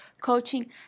coaching